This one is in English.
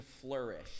flourish